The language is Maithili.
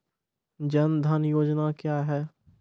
जन धन योजना क्या है?